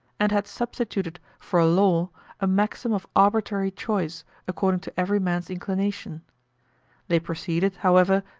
and had substituted for a law a maxim of arbitrary choice according to every man's inclination they proceeded, however,